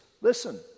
listen